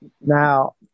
Now